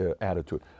attitude